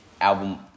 album